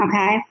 Okay